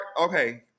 okay